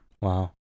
Wow